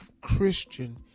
Christian